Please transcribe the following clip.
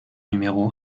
numéro